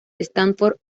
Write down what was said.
stanford